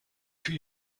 für